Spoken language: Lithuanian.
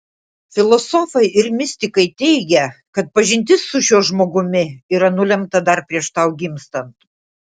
filosofai ir mistikai teigia kad pažintis su šiuo žmogumi yra nulemta dar prieš tau gimstant